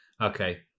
Okay